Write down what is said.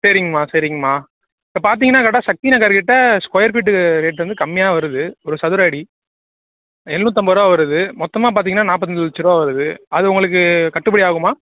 சரிங்கம்மா சரிங்கம்மா இப்போ பார்த்தீங்கன்னா அந்த இடம் சக்தி நகர் கிட்டே ஸ்கொயர் ஃபீட்டு ரேட்டு வந்து கம்மியாக வருது ஒரு சதுர அடி எழுநூத்தம்பது ரூபா வருது மொத்தமாக பார்த்தீங்கன்னா நாற்பத்தஞ்சி லட்சம் ரூபா வருது அது உங்களுக்கு கட்டுப்படி ஆகுமா